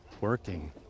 working